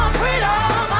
freedom